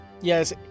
Yes